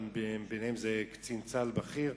אחד מהם הוא קצין צה"ל בכיר.